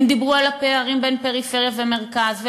הם דיברו על הפערים בין פריפריה למרכז,